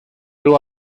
teu